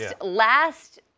Last